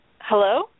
Hello